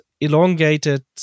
elongated